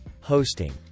Hosting